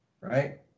right